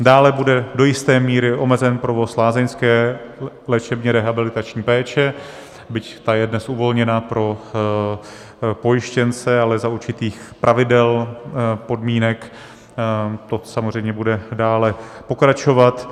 Dále bude do jisté míry omezen provoz lázeňské léčebně rehabilitační péče, byť ta je dnes uvolněna pro pojištěnce, ale za určitých pravidel, podmínek, to samozřejmě bude dále pokračovat.